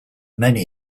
many